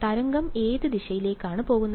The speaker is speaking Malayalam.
തരംഗം ഏത് ദിശയിലേക്കാണ് പോകുന്നത്